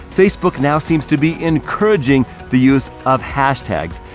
facebook now seems to be encouraging the use of hashtags.